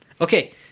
Okay